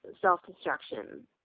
self-destruction